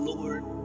Lord